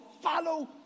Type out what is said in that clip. follow